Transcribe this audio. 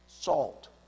salt